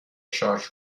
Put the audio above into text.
شارژ